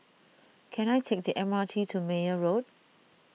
can I take the M R T to Meyer Road